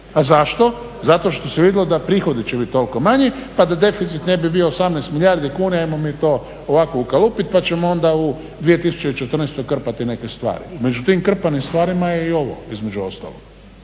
A zašto? Zato što se vidjelo da prihodi će biti toliko manji pa da deficit ne bi bio 18 milijardi kuna ajmo mi to ovako ukalupiti pa ćemo onda u 2014. krpati neke stvari. Među tim krpanim stvarima je i ovo, između ostalog.